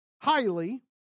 highly